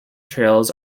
trails